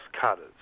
cutters